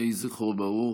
יהי זכרו ברוך.